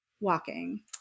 walking